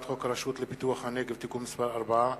חוק הרשות לפיתוח הנגב (תיקון מס' 4),